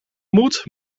moed